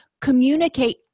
Communicate